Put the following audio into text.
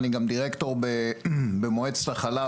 אני גם דירקטור במועצת החלב,